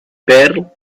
perl